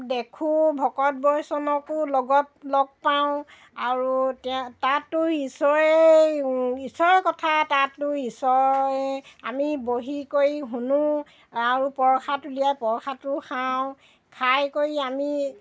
দেখোঁ ভকত বৈষ্ণৱকো লগত লগ পাওঁ আৰু তেওঁ তাতো ঈশ্বৰেই ঈশ্বৰেই কথা তাতো ঈশ্ব আমি বহি কৰি শুনো আৰু প্ৰসাদ উলিয়ায় প্ৰসাদো খাওঁ খাই কৰি আমি